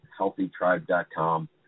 HealthyTribe.com